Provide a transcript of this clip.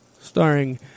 starring